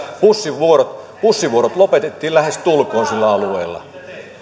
bussivuorot lähestulkoon lopetettiin sillä alueella